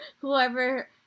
whoever